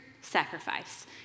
sacrifice